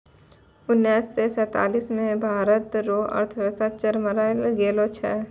उनैस से सैंतालीस मे भारत रो अर्थव्यवस्था चरमरै गेलो छेलै